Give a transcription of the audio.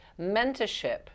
mentorship